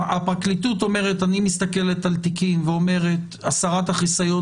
הפרקליטות אומרת: אני מסתכלת על תיקים ואומרת שהסרת החיסיון